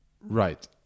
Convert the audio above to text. Right